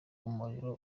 umuriro